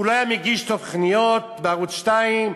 הוא לא היה מגיש תוכניות בערוץ 2?